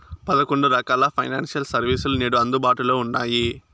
పదకొండు రకాల financial service లు నేడు అందుబాటులో ఉన్నాయి